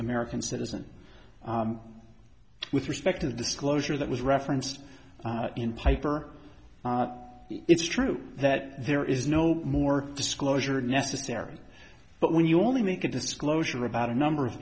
american citizen with respect to the disclosure that was referenced in piper it's true that there is no more disclosure necessary but when you only make a disclosure about a number of